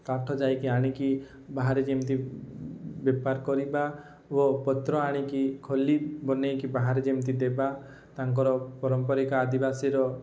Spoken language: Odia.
କାଠ ଯାଇକି ଆଣିକି ବାହାରେ ଯେମିତି ବେପାର କରିବି ଓ ପତ୍ର ଆଣିକି ଖଲି ବନାଇକି ବାହାରେ ଯେମିତି ଦେବା ତାଙ୍କର ପାରମ୍ପରିକ ଆଦିବାସୀର